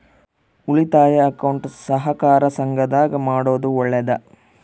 ಉಳಿತಾಯ ಅಕೌಂಟ್ ಸಹಕಾರ ಸಂಘದಾಗ ಮಾಡೋದು ಒಳ್ಳೇದಾ?